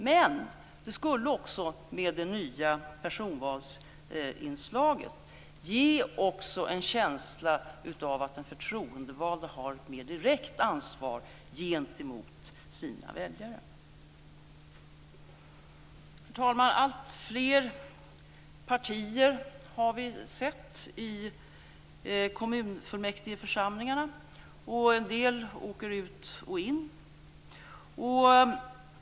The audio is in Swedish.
Men de skulle också, i och med det nya personvalsinslaget, ge en känsla av att den förtroendevalda har ett mer direkt ansvar gentemot sina väljare. Fru talman! Vi har sett alltfler partier i kommunfullmäktigeförsamlingarna. En del åker ut och in.